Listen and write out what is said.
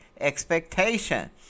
expectation